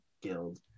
guild